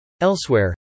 Elsewhere